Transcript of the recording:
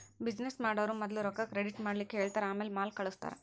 business ಮಾಡೊವ್ರು ಮದ್ಲ ರೊಕ್ಕಾ ಕ್ರೆಡಿಟ್ ಮಾಡ್ಲಿಕ್ಕೆಹೆಳ್ತಾರ ಆಮ್ಯಾಲೆ ಮಾಲ್ ಕಳ್ಸ್ತಾರ